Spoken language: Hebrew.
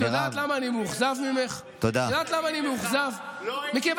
למה אתה לא, את כבר